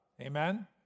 Amen